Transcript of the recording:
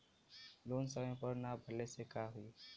Loan समय से ना भरले पर का होयी?